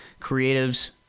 creatives